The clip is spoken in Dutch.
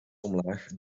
omlaag